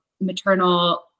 maternal